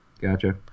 gotcha